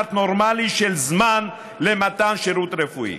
סטנדרט נורמלי של זמן למתן שירות רפואי.